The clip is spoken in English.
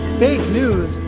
fake news,